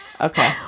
okay